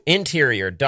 Interior